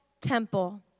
temple